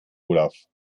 olaf